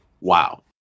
Wow